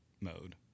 mode